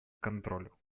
контролю